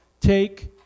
Take